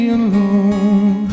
alone